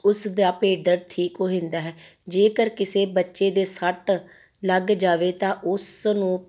ਉਸਦਾ ਪੇਟ ਦਰਦ ਠੀਕ ਹੋ ਜਾਂਦਾ ਹੈ ਜੇਕਰ ਕਿਸੇ ਬੱਚੇ ਦੇ ਸੱਟ ਲੱਗ ਜਾਵੇ ਤਾਂ ਉਸ ਨੂੰ